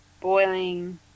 boiling